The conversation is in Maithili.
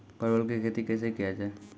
परवल की खेती कैसे किया जाय?